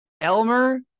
Elmer